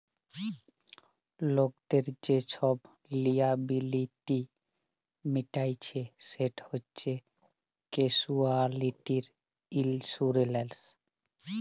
লকদের যে ছব লিয়াবিলিটি মিটাইচ্ছে সেট হছে ক্যাসুয়ালটি ইলসুরেলস